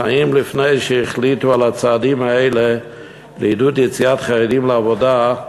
אך האם לפני שהחליטו על הצעדים האלה לעידוד יציאת חרדים לעבודה,